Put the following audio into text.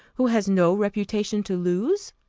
who has no reputation to lose?